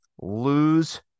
lose